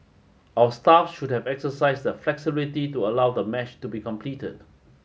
our staff should have exercised the flexibility to allow the match to be completed